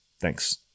Thanks